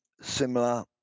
similar